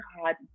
hard